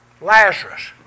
Lazarus